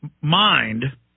mind